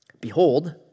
Behold